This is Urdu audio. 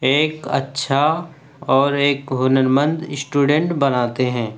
ایک اچھا اور ایک ہنرمند اسٹوڈینٹ بناتے ہیں